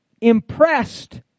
impressed